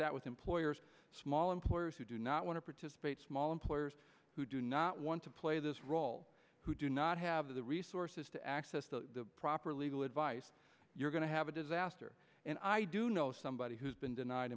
that with employers small employers who do not want to participate small employers who do not want to play this role who do not have the resources to access the proper legal advice you're going to have a disaster and i do know somebody who's been denied